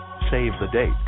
save-the-date